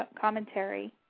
commentary